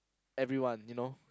everyone you know